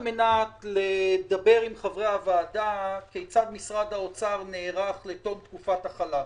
מנת לדבר עם חברי הוועדה על כיצד משרד האוצר נערך לתום תקופת החל"ת,